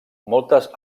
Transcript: moltes